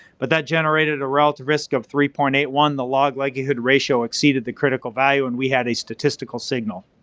but that generated a relative risk of three point eight one, the log likelihood ratio exceeded the critical value and we had a statistical signal.